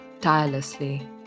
tirelessly